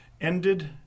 ended